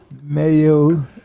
Mayo